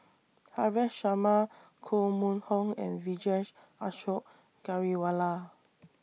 Haresh Sharma Koh Mun Hong and Vijesh Ashok Ghariwala